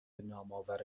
نامآور